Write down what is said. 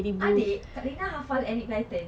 adik kakak hafal enid blyton